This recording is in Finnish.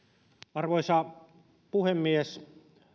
arvoisa puhemies